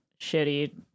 shitty